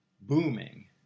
booming